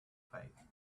faith